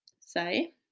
say